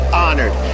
honored